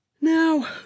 now